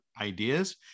ideas